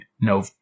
no